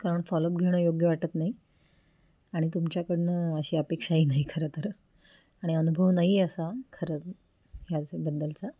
कारण फॉलोअप घेणं योग्य वाटत नाही आणि तुमच्याकडनं अशी अपेक्षाही नाही खरंतर आणि अनुभव नाही आहे असा खरं ह्याच बद्दलचा